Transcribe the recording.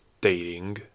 dating